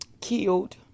killed